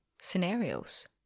scenarios